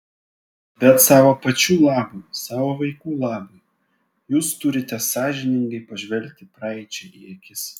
bet savo pačių labui savo vaikų labui jūs turite sąžiningai pažvelgti praeičiai į akis